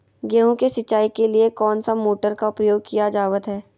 गेहूं के सिंचाई के लिए कौन सा मोटर का प्रयोग किया जावत है?